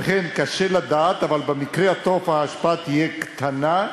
ובכן, קשה לדעת, במקרה הטוב ההשפעה תהיה קטנה,